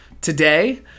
today